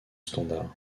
standard